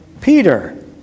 Peter